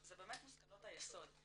זה באמת מושכלות היסוד.